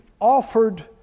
offered